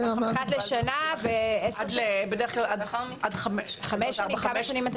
אחת לשנה --- בדרך כלל עד סביבות ארבע-חמש שנים.